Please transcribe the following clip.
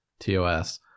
TOS